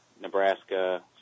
Nebraska